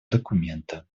документа